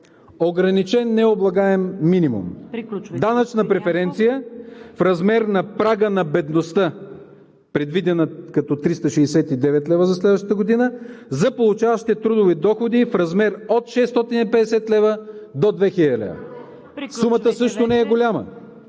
Приключвайте. КРАСИМИР ЯНКОВ: Данъчна преференция в размер на прага на бедността, предвидена като 369 лв. за следващата година, за получаващи трудови доходи в размер от 650 лв. до 2000 лв. Сумата също не е голяма.